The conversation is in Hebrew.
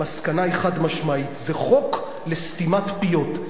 המסקנה היא חד-משמעית: זה חוק לסתימת פיות,